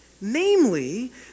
namely